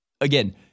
again